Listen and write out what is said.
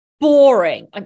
boring